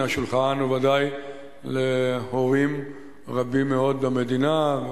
השולחן וודאי להורים רבים מאוד במדינה.